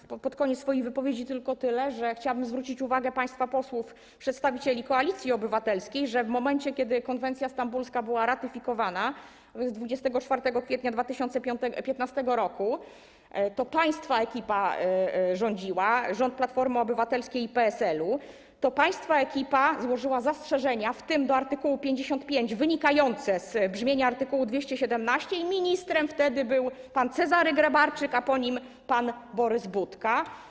Stwierdzę pod koniec swojej wypowiedzi tylko tyle, że chciałabym zwrócić uwagę państwa posłów, przedstawicieli Koalicji Obywatelskiej, że w momencie, kiedy konwencja stambulska była ratyfikowana, a więc 24 kwietnia 2015 r., to państwa ekipa rządziła, rząd Platformy Obywatelskiej i PSL-u, to państwa ekipa zgłosiła zastrzeżenia, w tym do art. 55, wynikające z brzmienia art. 217, a ministrem wtedy był pan Cezary Grabarczyk, a po nim pan Borys Budka.